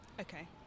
Okay